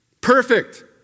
perfect